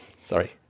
sorry